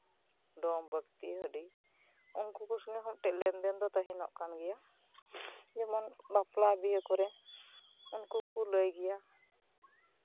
ᱰᱚᱢ ᱵᱟᱹᱠᱛᱤ ᱦᱟᱹᱰᱤ ᱩᱱᱠᱩ ᱠᱚ ᱥᱚᱝᱜᱮ ᱦᱚᱸ ᱞᱮᱱᱫᱮᱱ ᱫᱚ ᱛᱟᱦᱮᱱᱚᱜ ᱠᱟᱱ ᱜᱮᱭᱟ ᱡᱮᱢᱚᱱ ᱵᱟᱯᱞᱟ ᱵᱤᱦᱟᱹ ᱠᱚᱨᱮᱫ ᱩᱱᱠᱩ ᱠᱚ ᱞᱟᱹᱭ ᱜᱮᱭᱟ ᱟᱨ